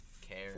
care